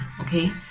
okay